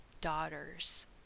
daughters